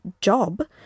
job